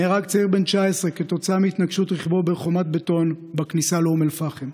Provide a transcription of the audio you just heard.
נהרג צעיר בן 19 כתוצאה מהתנגשות רכבו בחומת בטון בכניסה לאום אל-פחם,